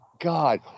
God